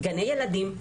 גני ילדים,